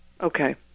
Okay